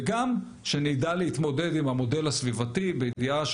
וגם שנדע להתמודד עם המודל הסביבתי בידיעה,